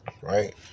Right